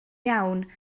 iawn